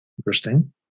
Interesting